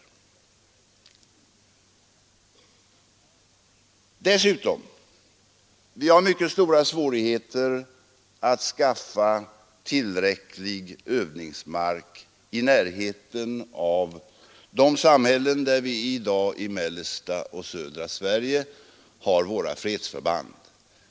Vi har dessutom mycket stora svårigheter att skaffa tillräcklig övningsmark i närheten av de samhällen i mellersta och södra Sverige där vi i dag har våra fredsförband.